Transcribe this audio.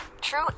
True